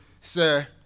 Sir